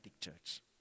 church